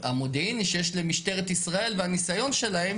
המודיעיני שיש למשטרת ישראל והניסיון שלהם,